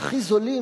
והכי זולים,